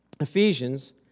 Ephesians